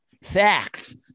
Facts